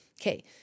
Okay